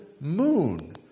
moon